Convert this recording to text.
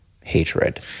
hatred